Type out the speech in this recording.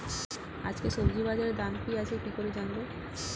আজকে সবজি বাজারে দাম কি আছে কি করে জানবো?